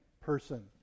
person